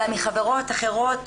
אלא מחברות אחרות,